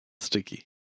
Sticky